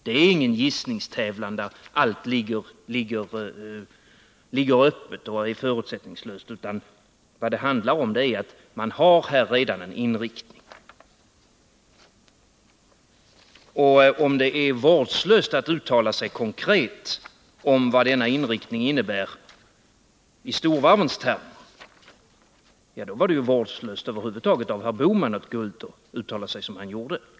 Det här är alltså ingen gissningstävlan, där allt ligger öppet och där allt är förutsättningslöst, utan vad det handlar om är att man här redan har en inriktning. Om det är vårdslöst att uttala sig konkret om vad denna inriktning innebär i storvarvens termer, ja, då var det vårdslöst av herr Bohman att över huvud taget uttala sig som han gjorde.